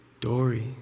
Dory